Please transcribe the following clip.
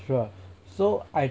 sure so I